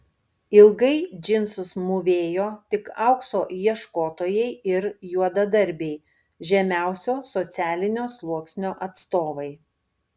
ilgai džinsus mūvėjo tik aukso ieškotojai ir juodadarbiai žemiausio socialinio sluoksnio atstovai